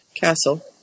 castle